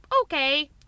okay